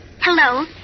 Hello